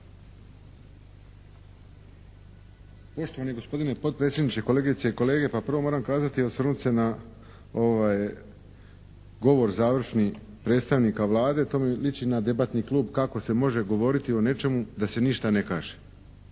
Poštovani gospodine potpredsjedniče, kolegice i kolege. Pa prvo moram kazati …/Govornik se ne razumije./… na ovaj govor završni predstavnika Vlade, to mi liči na debatni klub kako se može govoriti o nečemu da se ništa ne kaže,